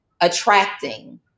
attracting